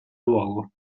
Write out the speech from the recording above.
luogo